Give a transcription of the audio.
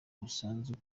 busanzwe